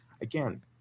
again